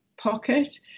pocket